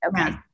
okay